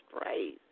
praise